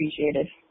appreciated